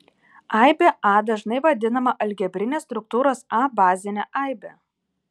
aibė a dažnai vadinama algebrinės struktūros a bazine aibe